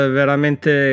veramente